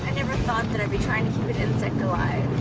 thought that i'd be trying to keep an insect alive,